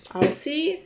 I see